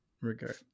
regard